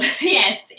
Yes